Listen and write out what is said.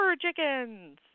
chickens